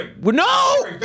no